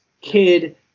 kid –